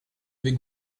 avec